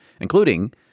including